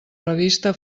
revista